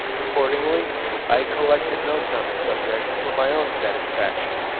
accordingly i collected notes on the subject for my own satisfaction,